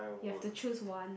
you have to choose one